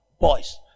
boys